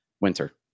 winter